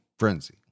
frenzy